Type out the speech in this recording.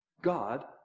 God